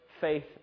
faith